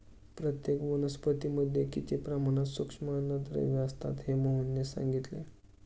प्रत्येक वनस्पतीमध्ये किती प्रमाणात सूक्ष्म अन्नद्रव्ये असतात हे मोहनने सांगितले